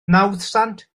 nawddsant